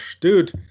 dude